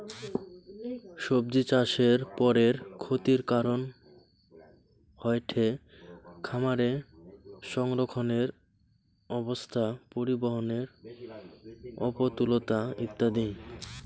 সব্জিচাষের পরের ক্ষতির কারন হয়ঠে খামারে সংরক্ষণের অব্যবস্থা, পরিবহনের অপ্রতুলতা ইত্যাদি